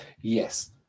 yes